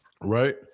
right